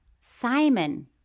Simon